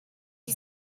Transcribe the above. you